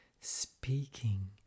speaking